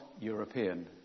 European